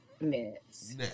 minutes